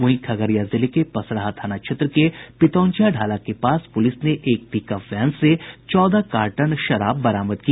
वहीं खगड़िया जिले में पसराहा थाना क्षेत्र के पितौंझिया ढाला के पास पुलिस ने एक पिकअप वैन से चौदह कार्टन विदेशी शराब बरामद की